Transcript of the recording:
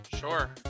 Sure